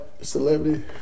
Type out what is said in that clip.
celebrity